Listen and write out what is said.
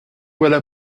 voilà